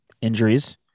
injuries